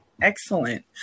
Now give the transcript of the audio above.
Excellent